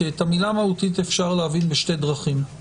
כי את המילה "מהותית" אפשר להבין בשתי דרכים: